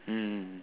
mm